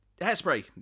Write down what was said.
Hairspray